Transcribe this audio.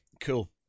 cool